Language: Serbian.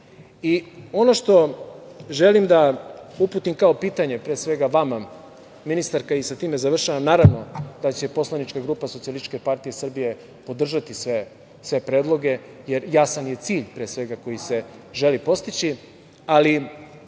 što želim da uputim kao pitanje, pre svega vama, ministarka, i sa time završavam, naravno da će poslanička grupa SPS podržati sve predloge, jer jasan je cilj pre svega koji se želi postići. Ali